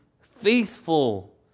faithful